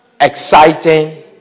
exciting